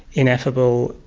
ineffable,